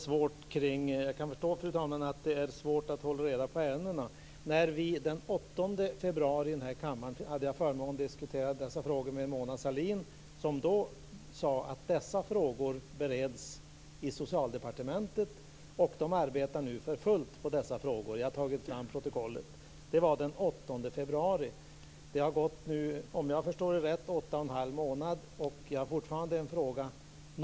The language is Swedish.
Fru talman! Jag kan förstå att det är svårt att hålla reda på ärendena. Den 8 februari hade jag i denna kammare förmånen att diskutera dessa frågor med Mona Sahlin. Hon sade då att ärendet bereddes i Socialdepartementet och att man där arbetade för fullt med det - jag har tagit med mig protokollet. Det var den 8 februari. Nu har det gått 8 1⁄2 månad, och min fråga kvarstår.